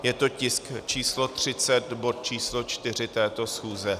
Je to tisk č. 30, bod č. 4 této schůze.